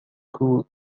cool